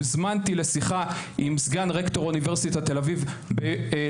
הוזמנתי לשיחה עם סגן רקטור אוניברסיטת תל אביב,